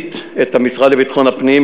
בתמצית את המשרד לביטחון פנים,